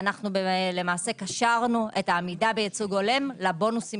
למעשה קשרנו את העמידה בייצוג הולם לבונוסים